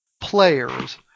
players